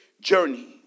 journey